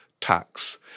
tax